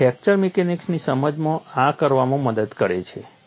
અને ફ્રેક્ચર મિકેનિક્સની સમજણ આ કરવામાં મદદ કરે છે